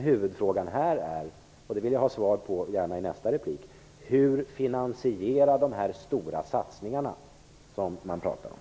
Huvudfrågan här, som jag gärna vill ha svar på i nästa replik, är hur ni vill finansiera de stora satsningar ni pratar om.